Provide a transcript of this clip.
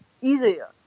easier